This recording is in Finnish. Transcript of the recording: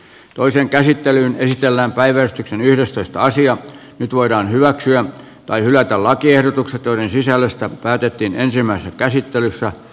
toisen käsittelyn esitellään päivän yhdestoista sija nyt voidaan hyväksyä tai hylätä lakiehdotukset joiden sisällöstä päätettiin ensimmäisessä käsittelyssä